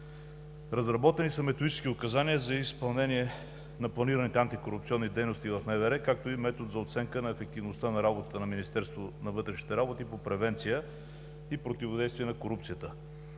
разработени са Методически указания за изпълнение на планираните антикорупционни дейности в МВР, както и Метод за оценка на ефективността на работата на Министерството на вътрешните работи по превенция и противодействие на корупцията.